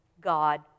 God